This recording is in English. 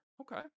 Okay